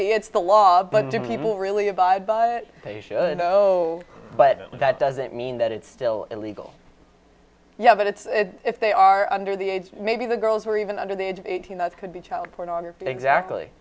be it's the law but do people really abide by it they should go but that doesn't mean that it's still illegal yeah but it's if they are under the age maybe the girls are even under the age of eighteen that could be child pornography exactly